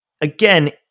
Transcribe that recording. Again